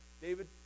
David